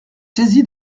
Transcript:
saisi